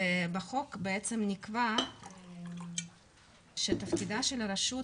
ובחוק בעצם נקבע שתפקידה של הרשות,